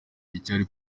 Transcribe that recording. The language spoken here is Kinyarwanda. icyari